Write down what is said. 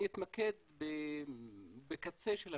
אני אתמקד בקצה של הקצה,